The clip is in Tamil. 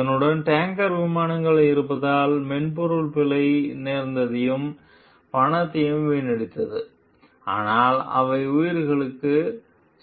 அதனுடன் டேங்கர் விமானங்கள் இருப்பதால் மென்பொருள் பிழை நேரத்தையும் பணத்தையும் வீணடித்தது ஆனால் அவை உயிர்களுக்கு